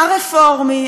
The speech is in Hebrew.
הרפורמי,